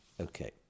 Okay